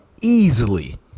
easily